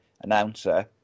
announcer